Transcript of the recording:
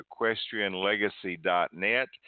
Equestrianlegacy.net